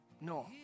No